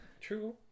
True